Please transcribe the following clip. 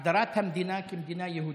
הגדרת המדינה כמדינה יהודית,